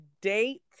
date